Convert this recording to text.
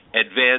advanced